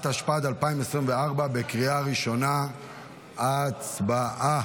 התשפ"ד 2024. הצבעה.